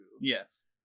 Yes